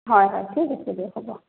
হয় হয় ঠিক আছে দিয়ক হ'ব